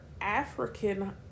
African